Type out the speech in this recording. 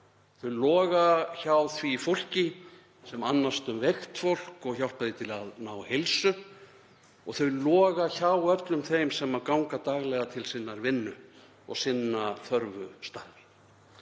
Þau loga hjá því fólki sem annast um veikt fólk og hjálpar því til að ná heilsu og þau loga hjá öllum þeim sem ganga daglega til sinnar vinnu og sinna þörfu starfi.